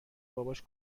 باباش